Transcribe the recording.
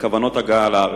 עם כוונות הגעה לארץ.